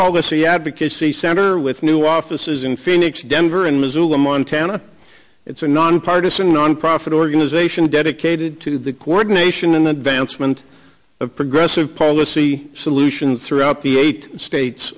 policy advocacy center with new offices in phoenix denver and missoula montana it's a nonpartisan nonprofit organization dedicated to the coordination in advance months of progressive policy solutions throughout the eight bates